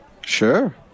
Sure